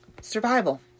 Survival